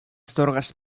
zorgas